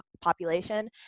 population